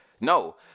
no